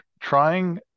trying